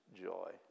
joy